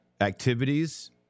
activities